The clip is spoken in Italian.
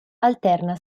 alterna